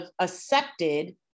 accepted